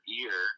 ear